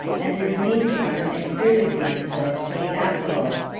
and in the mean time exerted myself to be affable.